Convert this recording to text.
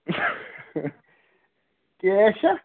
کیٛش چھا